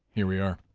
here we are.